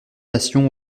nation